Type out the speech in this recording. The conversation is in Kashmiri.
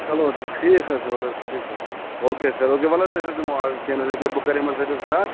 چلو ٹھیٖک حظ چھِ وَلہٕ حظ ٹھیٖک حظ چھِ اوکے سر اوکے وَلہٕ حظ أسۍ حظ دِمَو آز کیٚنہہ نہٕ حظ ییٚکیٛاہ بہٕ کَرٕ یِمَن سۭتۍ حظ کَتھ